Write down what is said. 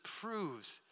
proves